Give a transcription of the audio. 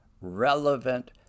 relevant